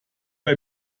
bei